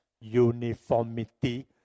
uniformity